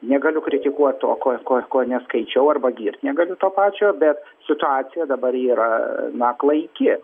negaliu kritikuot to ko ko ko neskaičiau arba girt negaliu to pačio bet situacija dabar yra na klaiki